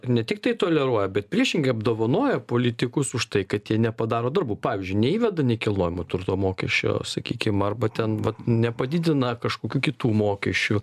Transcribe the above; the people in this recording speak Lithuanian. ne tiktai toleruoja bet priešingai apdovanoja politikus už tai kad jie nepadaro darbų pavyzdžiui neįveda nekilnojamo turto mokesčio sakykim arba ten vat nepadidina kažkokių kitų mokesčių